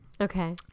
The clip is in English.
Okay